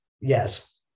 Yes